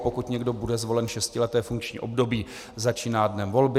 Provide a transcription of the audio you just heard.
Pokud někdo bude zvolen, šestileté funkční období začíná dnem volby.